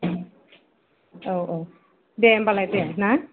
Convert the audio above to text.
औ औ दे होनबालाय दे ना